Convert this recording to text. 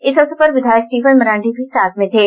इस अवसर पर विधायक स्टीफन मरांडी भी साथ में थे